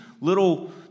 little